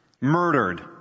murdered